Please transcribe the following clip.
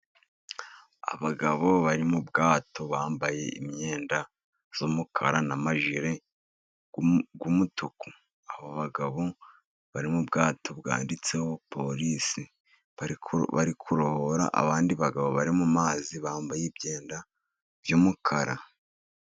Abagabo bari mu bwato, bambaye imyenda y'umukara, n'amajile y'umutuku, abo bagabo bari mu bwato bwanditseho polisi, bari kurohora abandi bagabo bari mu mazi bambaye imyenda y'umukara.